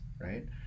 right